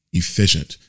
efficient